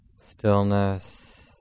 stillness